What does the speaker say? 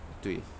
对